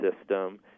system